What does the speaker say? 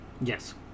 yes